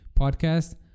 podcast